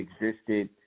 existed